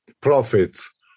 profits